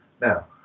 Now